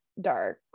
dark